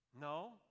No